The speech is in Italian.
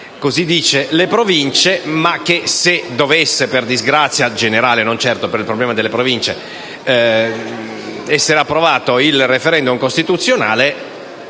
- le Province. Ma se dovesse - per disgrazia generale e non certo per il problema delle Province *-* essereapprovato il *referendum* costituzionale,